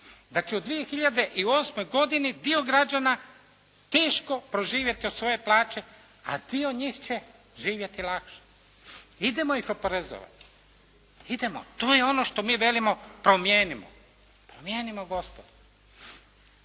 Da će u 2008. godini dio građana teško proživjeti od svoje plaće a dio njih će živjeti lakše. Idemo ih oporezovati. Idemo, to je ono što mi velimo promijenimo, promijenimo gospodo.